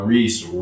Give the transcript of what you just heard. Reese